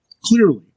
clearly